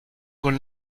con